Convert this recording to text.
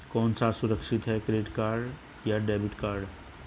कौन सा सुरक्षित है क्रेडिट या डेबिट कार्ड?